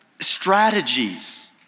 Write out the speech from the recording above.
strategies